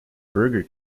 burger